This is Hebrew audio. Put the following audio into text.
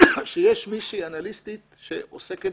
יש מישהי אנליסטית שעוסקת